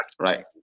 right